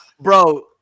Bro